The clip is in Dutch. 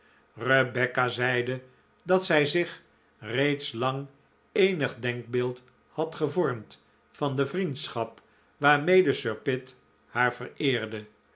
rebecca zeide dat zij zich reeds lang eenig denkbeeld had gevormd van de vriendschap waarmede sir pitt haar vereerde